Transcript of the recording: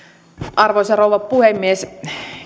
arvoisa rouva puhemies